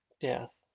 death